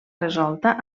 resolta